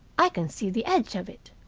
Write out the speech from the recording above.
i can see the edge of it.